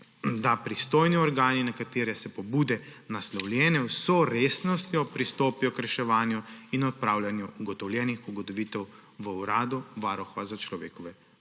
da pristojni organi, na katere so pobude naslovljene, z vso resnostjo pristopijo k reševanju in odpravljanju ugotovljenih ugotovitev v uradu Varuha človekovih